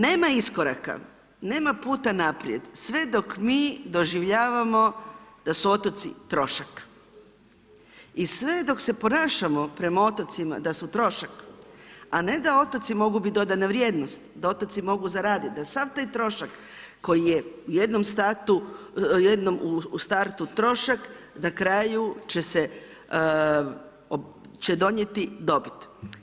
Nema iskoraka, nema puta naprijed sve dok mi doživljavamo da su otoci trošak i sve dok se ponašamo prema otocima da su trošak, a ne da otoci mogu bit dodana vrijednost, da otoci mogu zaraditi, da sav taj trošak koji je u jednom startu trošak, na kraju će se, će donijeti dobit.